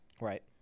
Right